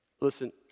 Listen